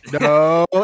No